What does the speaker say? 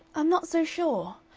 i'm not so sure.